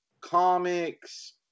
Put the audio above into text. comics